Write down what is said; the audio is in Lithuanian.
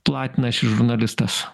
platina šis žurnalistas